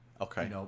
Okay